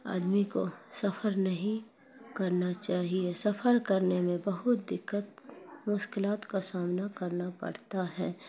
آدمی کو سفر نہیں کرنا چاہیے سفر کرنے میں بہت دقت مشکلات کا سامنا کرنا پڑتا ہے